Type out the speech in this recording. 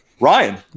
Ryan